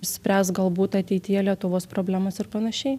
spręs galbūt ateityje lietuvos problemas ir panašiai